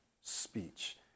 speech